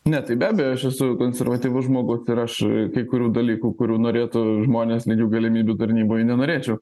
ne tai be abejo aš esu konservatyvus žmogus ir aš kai kurių dalykų kurių norėtų žmonės lygių galimybių tarnyboj nenorėčiau